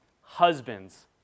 husbands